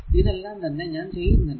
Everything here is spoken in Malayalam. ഇതെല്ലാം തന്നെ ഞാൻ ചെയ്യുന്നില്ല